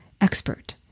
expert